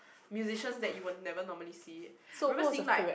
musicians that you will never normally see remember seeing like